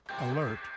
Alert